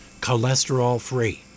cholesterol-free